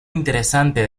interesante